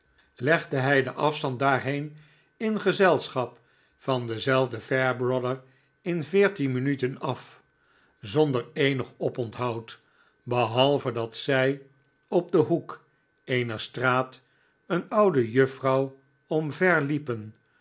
legde raj den afstand daarheen in gezelschap van denzelfden fairbrother in veertien joe woedt ontslagen en krijgt een ongeluk minuten af zonder eenig oponthoud behalve dat zij op den hoek eener straat een oude juffrouw omver liepen